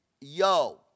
yo